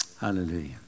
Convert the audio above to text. Hallelujah